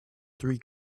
three